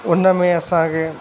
उन में असांखे